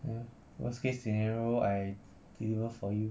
ya worst case scenario I deliver for you